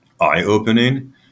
eye-opening